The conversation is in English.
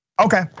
Okay